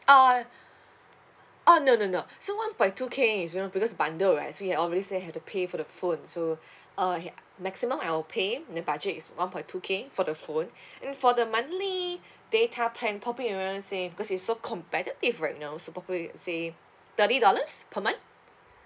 oh oh no no no so one point two K is you know because bundle right it already say have to pay for the phone so uh maximum I will pay and the budget is one point two K for the phone for the monthly data plan probably around say because it's so competitive right now so probably I'll say thirty dollars per month